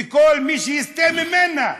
וכל מי שיסטה ממנה,